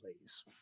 please